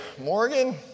Morgan